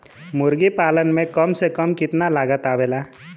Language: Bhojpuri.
मुर्गी पालन में कम से कम कितना लागत आवेला?